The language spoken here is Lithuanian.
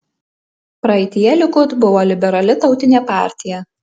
praeityje likud buvo liberali tautinė partija